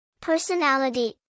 Personality